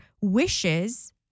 wishes